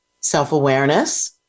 Self-awareness